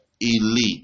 Elite